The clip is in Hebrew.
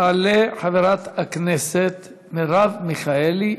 תעלה חברת הכנסת מרב מיכאלי.